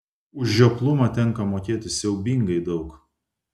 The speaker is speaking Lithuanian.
už žioplumą tenka mokėti siaubingai daug